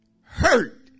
hurt